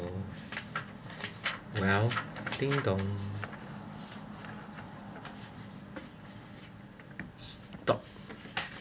well ding dong stopped